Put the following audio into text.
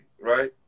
right